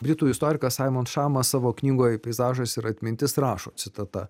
britų istorikas saimon šamas savo knygoj peizažas ir atmintis rašo citata